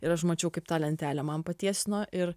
ir aš mačiau kaip tą lentelę man patiesino ir